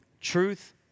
truth